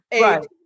Right